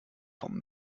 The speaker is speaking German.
vom